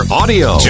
audio